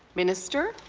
minister?